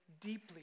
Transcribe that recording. deeply